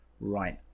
right